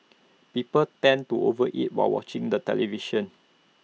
people tend to over eat while watching the television